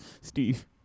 Steve